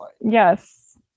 Yes